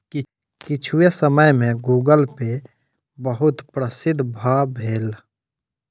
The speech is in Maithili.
किछुए समय में गूगलपे बहुत प्रसिद्ध भअ भेल